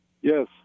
Yes